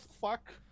fuck